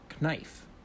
knife